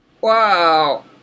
Wow